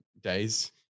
days